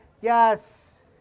yes